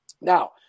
Now